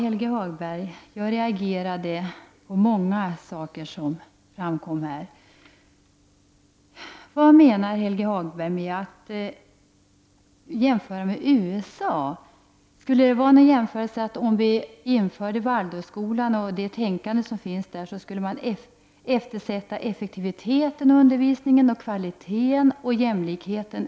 Fru talman! Jag reagerade mot många saker som framkom i Helge Hagbergs anförande. Vad menar Helge Hagberg med att jämföra med USA? Betyder jämförelsen att införandet av Waldorfskolan och det tänkande som finns där skulle eftersätta effektiviteten i undervisningen, kvaliteten och jämlikheten?